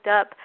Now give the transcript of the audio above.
up